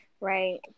Right